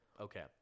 Okay